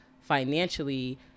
financially